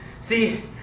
See